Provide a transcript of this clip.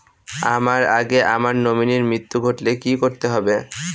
আমার আগে আমার নমিনীর মৃত্যু ঘটলে কি করতে হবে?